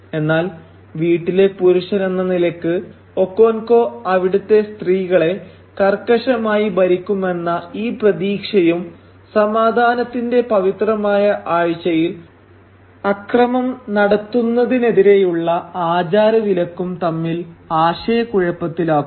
എന്നാൽ വീട്ടിലെ പുരുഷനെന്ന നിലയ്ക്ക് ഒക്കോൻകോ അവിടുത്തെ സ്ത്രീകളെ കർക്കശമായി ഭരിക്കുമെന്ന ഈ പ്രതീക്ഷയും സമാധാനത്തിന്റെ പവിത്രമായ ആഴ്ചയിൽ അക്രമം നടത്തുന്നതിനെതിരെയുള്ള ആചാര വിലക്കും തമ്മിൽ ആശയക്കുഴപ്പത്തിലാക്കുന്നു